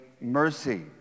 mercy